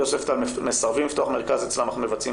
יוספטל מסרבים לפתוח מרכז אצלם אך מבצעים